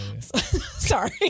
Sorry